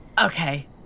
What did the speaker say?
Okay